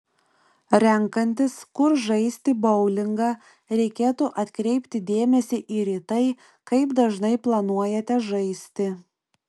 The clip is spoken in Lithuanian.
renkantis kur žaisti boulingą reikėtų atkreipti dėmesį ir į tai kaip dažnai planuojate žaisti